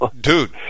dude